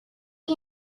you